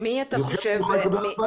אני חושב שנוכל להתגבר על הבעיה.